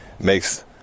makes